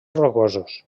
rocosos